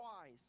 wise